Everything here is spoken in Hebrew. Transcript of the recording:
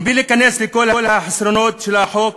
מבלי להיכנס לכל החסרונות של החוק